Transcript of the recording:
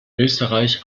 österreich